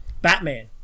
Batman